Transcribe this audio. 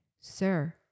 Sir